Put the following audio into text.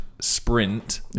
sprint